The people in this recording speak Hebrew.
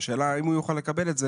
השאלה היא: האם הוא יוכל לקבל את זה